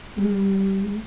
mm